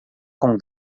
com